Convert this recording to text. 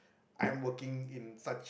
I am working in such